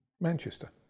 Manchester